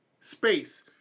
space